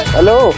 Hello